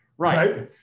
Right